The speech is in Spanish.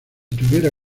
tuviera